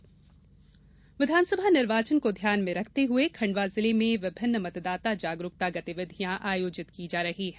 pink सप्ताह विधानसभा निर्वाचन को ध्यान में रखते हुए खण्डवा जिले में विभिन्न मतदाता जागरूकता गतिविधियां आयोजित की जा रही है